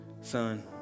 son